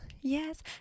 Yes